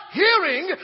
hearing